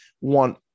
want